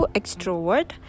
extrovert